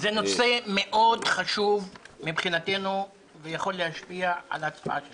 זה נושא מאוד חשוב ויכול להשפיע על ההצבעה שלנו,